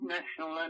National